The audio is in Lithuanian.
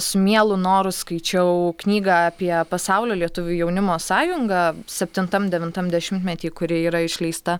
su mielu noru skaičiau knygą apie pasaulio lietuvių jaunimo sąjungą septintam devintam dešimtmety kuri yra išleista